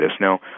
Now